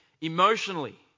Emotionally